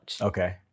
Okay